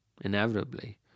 inevitably